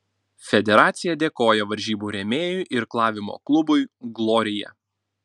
federacija dėkoja varžybų rėmėjui irklavimo klubui glorija